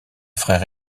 frère